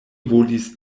volis